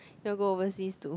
you'll go overseas to